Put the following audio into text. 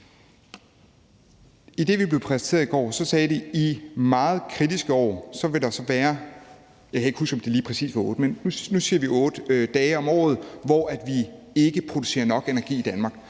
det, der blev præsenteret i går, sagde man, at der i meget kritiske år vil være 8 dage om året – jeg kan ikke huske, om det lige præcis var 8, men nu siger vi det – hvor vi ikke producerer nok energi i Danmark.